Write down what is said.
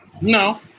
No